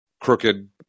crooked